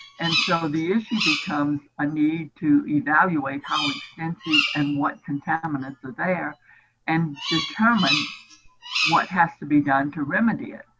and so the issue becomes a need to evaluate how extensive and what contaminants are there and determine what has to be done to remedy it.